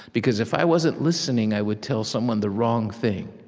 because if i wasn't listening, i would tell someone the wrong thing.